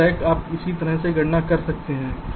तो स्लैक आप इसी तरह की गणना कर सकते हैं